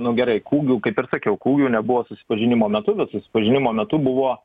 nu gerai kūgių kaip ir sakiau kūgių nebuvo susipažinimo metu bet susipažinimo metu buvo